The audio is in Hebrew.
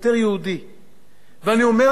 ואני תובע את זה גם מהתקשורת,